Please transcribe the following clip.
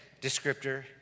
descriptor